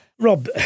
Rob